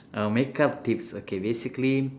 err makeup tips okay basically